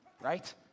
right